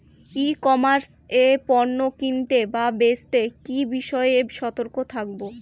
ই commerce এ পণ্য কিনতে বা বেচতে কি বিষয়ে সতর্ক থাকব?